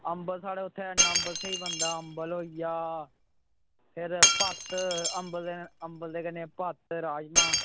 अम्बल साढ़ा उत्थें इन्ना अंबल स्हेई बनदा अम्बल होई गेआ फिर भत्त अम्बल दे अम्बल दे कन्नै भत्त राजमांह्